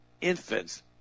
infants